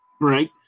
right